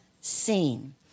seen